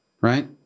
right